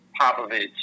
Popovich